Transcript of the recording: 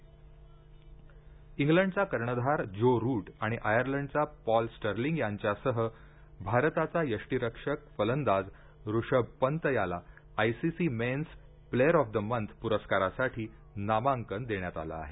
ICC Rishabh Pant इंग्लंडचा कर्णधार Joe Root आणि आयर्लंडचा पॉल स्टर्लिंग यांच्यासह भारताचा यष्टिरक्षक फलंदाज रुषभ पंत याला ICC men's player of the month पुरस्कारासाठी नामांकन देण्यात आलं आहे